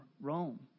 Rome